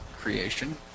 creation